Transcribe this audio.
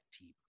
team